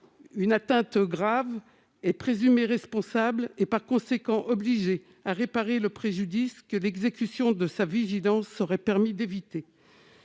une atteinte grave est présumée responsable et, par conséquent, obligée de réparer le préjudice que l'exécution de sa vigilance aurait permis d'éviter.